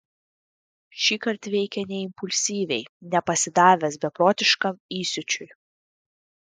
šįkart veikė ne impulsyviai ne pasidavęs beprotiškam įsiūčiui